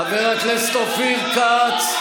חבר הכנסת אופיר כץ,